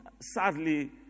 sadly